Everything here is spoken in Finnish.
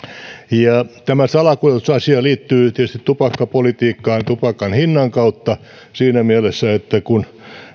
tämä salakuljetusasia liittyy tietysti tupakkapolitiikkaan tupakan hinnan kautta siinä mielessä että kun